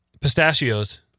Pistachios